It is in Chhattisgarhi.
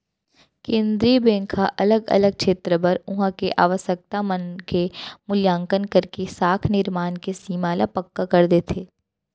केंद्रीय बेंक ह अलग अलग छेत्र बर उहाँ के आवासकता मन के मुल्याकंन करके साख निरमान के सीमा ल पक्का कर देथे